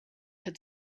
had